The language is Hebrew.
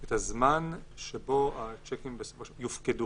את הזמן שבו השיקים יופקדו?